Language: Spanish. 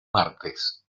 martes